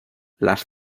las